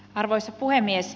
arvoisa puhemies